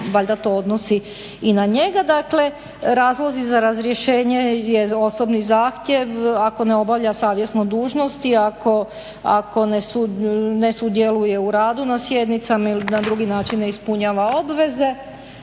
valjda to odnosi i na njega. Dakle razlozi za razrješenje je osobni zahtjev, ako ne obavlja savjesno dužnosti, ako ne sudjeluje u radu na sjednicama ili na drugi način ne ispunjava obveze,